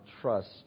trust